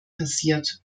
passiert